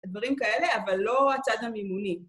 דברים כאלה, אבל לא הצד המימוני.